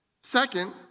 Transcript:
Second